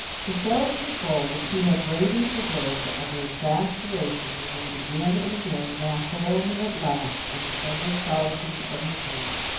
the self-control which he had bravely preserved under exasperation renewed again and again now failed him at last in the friendless solitude of his room,